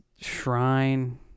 shrine